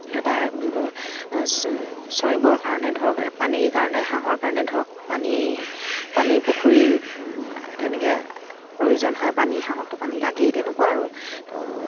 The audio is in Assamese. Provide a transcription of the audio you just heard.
এটা চৰিবৰ কাৰণে ধৰক পানীৰ কাৰণে হাঁহৰ কাৰণে ধৰক পানী পানী পুখুৰীৰ তেনেকৈ প্ৰয়োজন হয় পানী হাঁহকতো পানী লাগেই তেনেকুৱা আৰু ত'